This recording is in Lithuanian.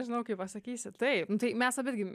žinau kaip pasakysi taip nu tai mes abi gi